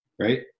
right